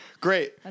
Great